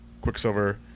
Quicksilver